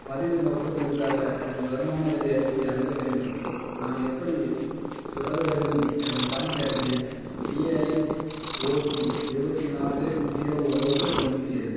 பதிவு நோக்கங்களுக்காக எனது வருமான வரி அறிக்கையை அணுக வேண்டும் நான் எப்படி தொடர வேண்டும் எனது பான் கார்டு எண் ஏஐஓசி இருபத்தி நாலு ஜீரோ ஒன்போது தொண்ணூற்றி ஏழு